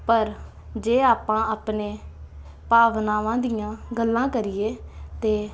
ਪਰ ਜੇ ਆਪਾਂ ਆਪਣੇ ਭਾਵਨਾਵਾਂ ਦੀਆਂ ਗੱਲਾਂ ਕਰੀਏ ਅਤੇ